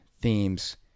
themes